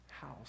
house